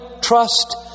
trust